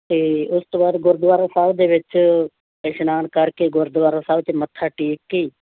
ਅਤੇ ਉਸ ਤੋਂ ਬਾਅਦ ਗੁਰਦੁਆਰਾ ਸਾਹਿਬ ਦੇ ਵਿੱਚ ਇਸ਼ਨਾਨ ਕਰਕੇ ਗੁਰਦੁਆਰਾ ਸਾਹਿਬ 'ਚ ਮੱਥਾ ਟੇਕ ਕੇ